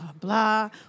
blah